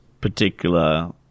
particular